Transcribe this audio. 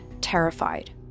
terrified